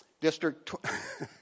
district